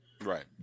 Right